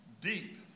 deep